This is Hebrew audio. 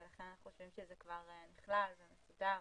ולכן אנחנו חושבים שזה כבר נכלל, מסודר